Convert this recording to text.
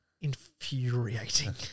Infuriating